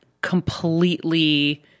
completely